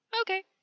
Okay